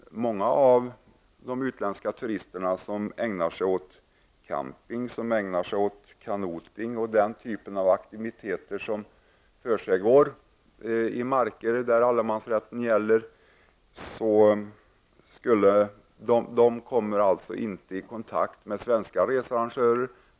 Många utländska turister, som ägnar sig åt camping, kanotsport och liknande typer av aktiviteter ute i marker där allemansrätten gäller, kommer inte i kontakt med svenska researrangörer.